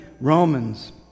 Romans